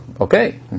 okay